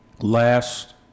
last